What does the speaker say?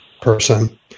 person